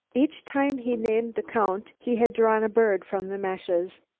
each time he named the count he had drawn a bird from the meshes.